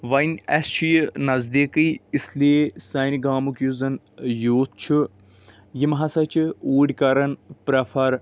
وۄنۍ اَسہِ چھُ یہِ نزدیٖکٕے اسلیے سانہِ گامُک یُس زَن یوٗتھ چھُ یِم ہسا چھِ اوٗر کران پریفر